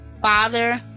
father